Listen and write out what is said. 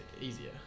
easier